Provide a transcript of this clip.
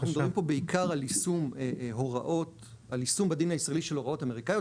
אנחנו מדברים פה בעיקר על יישום בדין הישראלי של הוראות אמריקאיות,